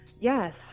Yes